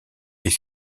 est